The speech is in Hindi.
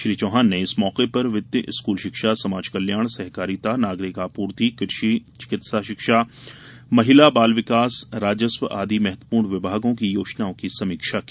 श्री चौहान ने इस मौके पर वित्त स्कूल शिक्षा समाज कल्याण सहकारिता नागरिक आपूर्ति कृषि चिकित्सा शिक्षा महिला बाल विकास राजस्व आदि महत्वपूर्ण विभागों की योजनाओं की समीक्षा की